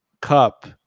Cup